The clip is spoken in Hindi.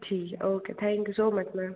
ठीक है okay thank you so much ma'am